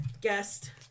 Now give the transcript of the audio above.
Guest